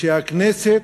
שהכנסת,